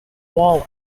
wall